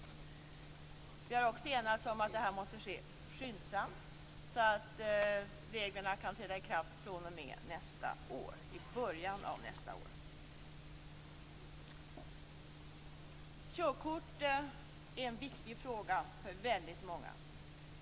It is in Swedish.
Vi har också enats om att det måste ske skyndsamt så att reglerna kan träda i kraft i början av nästa år. Körkort är en viktig fråga för väldigt många.